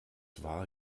war